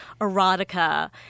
erotica